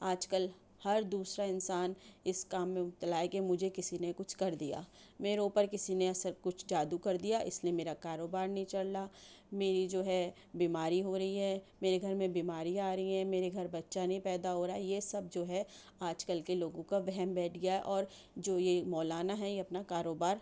آج کل ہر دوسرا انسان اس کام میں مبتلا ہے کہ مجھے کسی نے کچھ کر دیا میرے اوپر کسی نے اثر کچھ جادو کر دیا اس لیے میرا کاروبار نہیں چل رہا میری جو ہے بیماری ہو رہی ہے میرے گھر میں بیماریاں آر ہی ہیں میرے گھر بچہ نہیں پیدا ہو رہا یہ سب جو ہے آج کل کے لوگوں کا وہم بیٹھ گیا اور جو یہ مولانا ہیں یہ اپنا کاروبار